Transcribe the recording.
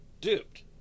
duped